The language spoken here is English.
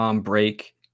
break